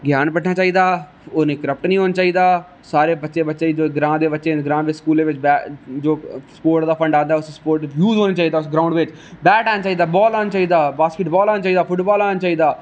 sports front नूं ज्ञान बढ़ना चाहिदा ओह् इन्नी क्रप्ट नेईं होनी चाहिदी सारे बच्चे बच्चियां जो ग्रां दे बच्चे ग्रां दे स्कूलें बिच जो स्पोट दा फंड आंदा उसी स्पोट च यूज होना चाहिदा ग्रांउड बिच बेट आना चाहिदा बाल आना चाहिदा बास्किटबाल आना चाहिदा फुटबाल आना चाहिदा